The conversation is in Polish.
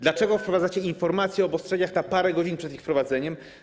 Dlaczego wprowadzacie informację o obostrzeniach na parę godzin przed ich wprowadzeniem?